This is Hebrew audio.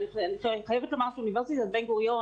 אבל אני חייבת לומר שאוניברסיטת בן גוריון